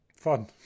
Fun